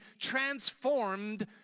transformed